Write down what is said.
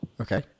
Okay